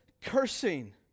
cursing